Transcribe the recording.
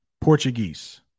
portuguese